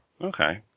Okay